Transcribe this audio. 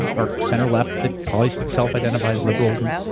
and our center left, they probably self-identify as liberals, and